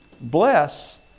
bless